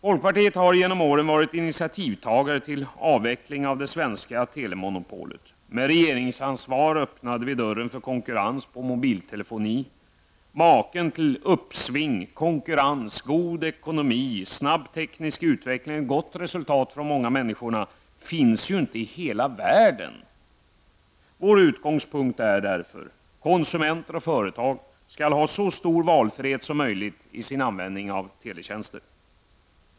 Folkpartiet har genom åren varit initiativtagare till avveckling av det svenska telemonopolet. Med regeringsansvar öppnade vi dörren för konkurrens på mobiltelefoni. Maken till uppsving, konkurrens, god ekonomi, snabb teknisk utveckling och ett gott resultat för de många människorna finns ju inte i hela världen. Vår utgångspunkt är: Konsumenter och företag skall ha så stor valfrihet som möjligt i sin användning av teletjänster.